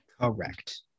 Correct